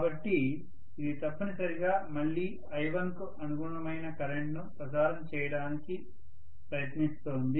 కాబట్టి ఇది తప్పనిసరిగా మళ్ళీ I1 కు అనుగుణమైన కరెంట్ను ప్రసారం చేయడానికి ప్రయత్నిస్తోంది